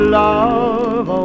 love